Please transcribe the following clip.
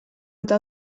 eta